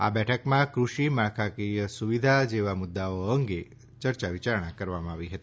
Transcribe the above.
આ બેઠકમાં ક઼ષિ માળખાકીય સુવિધા જેવા મુદ્દાઓ અંગે ચર્ચાવિયારણા કરવામાં આવી હતી